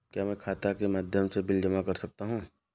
क्या मैं खाता के माध्यम से बिल जमा कर सकता हूँ?